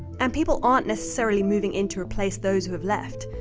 and people aren't necessarily moving in to replace those who have left.